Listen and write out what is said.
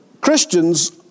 Christians